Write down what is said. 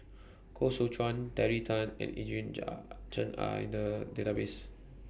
Koh Seow Chuan Terry Tan and Eugene Chen Are in The Database